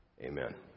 amen